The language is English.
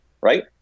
Right